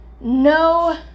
no